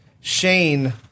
Shane